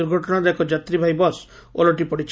ଦୁର୍ଘଟଶାରେ ଏକ ଯାତ୍ରୀବାହୀ ବସ୍ ଓଲଟି ପଡ଼ିଛି